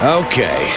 okay